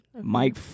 Mike